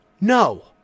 No